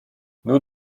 nur